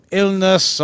illness